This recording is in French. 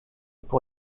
pour